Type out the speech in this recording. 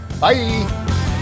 Bye